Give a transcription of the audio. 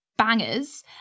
Bangers